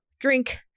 drink